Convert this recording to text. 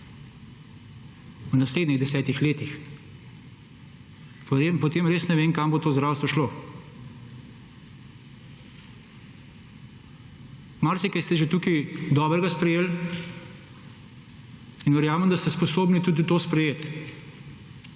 v naslednjih 10 letih, potem res ne vem, kam bo to zdravstvo šlo. Marsikaj ste že tukaj dobrega sprejeli in verjamem, da ste sposobni tudi to sprejeti,